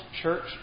Church